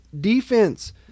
defense